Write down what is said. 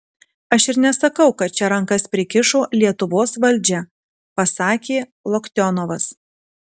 aš ir nesakau kad čia rankas prikišo lietuvos valdžia pasakė loktionovas